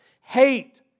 Hate